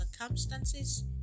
circumstances